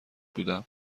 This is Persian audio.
بودم